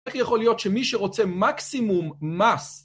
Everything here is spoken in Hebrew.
איך יכול להיות שמי שרוצה מקסימום מס?